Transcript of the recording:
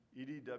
EDW